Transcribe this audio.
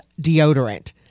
deodorant